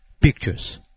pictures